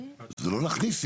נכון.